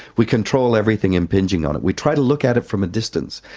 we control everything impinging on it. we try to look at it from a distance,